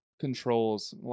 controls